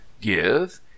give